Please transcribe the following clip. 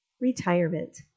Retirement